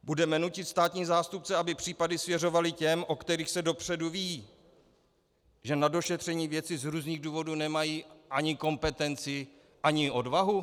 Budeme nutit státní zástupce, aby případy svěřovali těm, o kterých se dopředu ví, že na došetření věci z různých důvodů nemají ani kompetenci, ani odvahu?